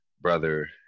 brother